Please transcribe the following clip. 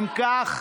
הכנסת,